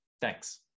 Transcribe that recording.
Thanks